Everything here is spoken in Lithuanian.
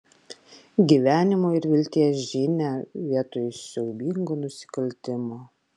gyvenimo ir vilties žinią vietoj siaubingo nusikaltimo